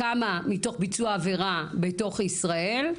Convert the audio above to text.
כמה מתוך ביצוע עבירה בתוך ישראל,